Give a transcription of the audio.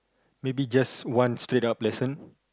maybe just one straight up lesson